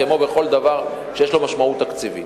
כמו בכל דבר שיש לו משמעות תקציבית.